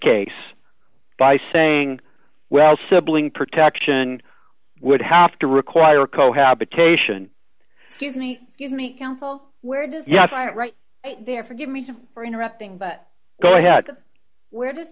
case by saying well sibling protection would have to require cohabitation sees me in the council where does yes i'm right there forgive me for interrupting but go ahead where does